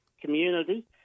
community